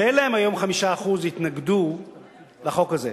שאין להן היום 5%, יתנגדו לחוק הזה,